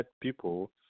people